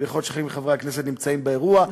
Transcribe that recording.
ויכול להיות שחלק מחברי הכנסת נמצאים באירוע,